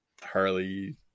Harley